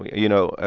you know, ah